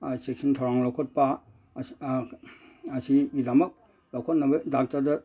ꯆꯦꯛꯁꯤꯟ ꯊꯧꯔꯥꯡ ꯂꯧꯈꯠꯄ ꯑꯁꯤꯒꯤꯗꯃꯛ ꯂꯧꯈꯠꯅꯕ ꯗꯥꯛꯇꯔꯗ